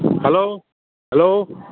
hello hello